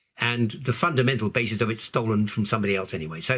and the fundamental basis of it stolen from somebody else anyway. so